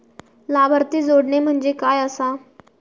लाभार्थी जोडणे म्हणजे काय आसा?